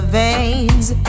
veins